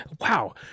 Wow